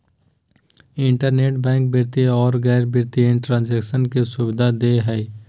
internet bank वित्तीय औरो गैर वित्तीय ट्रांन्जेक्शन के सुबिधा दे हइ